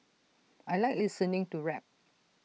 I Like listening to rap